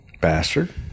Bastard